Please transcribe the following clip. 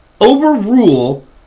overrule